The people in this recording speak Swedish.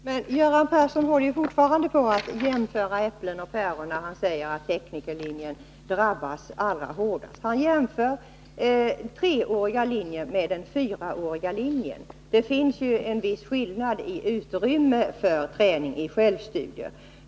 Herr talman! Göran Persson håller fortfarande på med att jämföra äpplen och päron, när han säger att teknikerlinjen drabbas allra hårdast. Han jämför treåriga linjer med den fyraåriga linjen. Där finns ju en viss skillnad i utrymme för träning i självstudier.